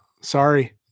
Sorry